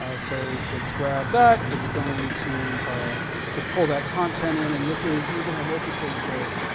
ah so it's grabbed that. it's going to just pull that content in. and this is using our multi-stage builds,